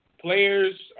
players